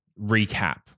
recap